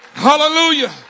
Hallelujah